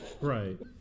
Right